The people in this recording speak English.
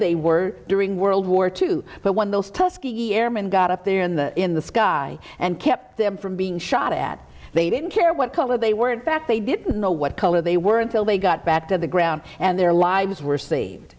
they were during world war two but when those tuskegee airmen got up there in the in the sky and kept them from being shot at they didn't care what color they were in fact they didn't know what color they were until they got back to the ground and their lives were saved